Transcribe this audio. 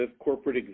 corporate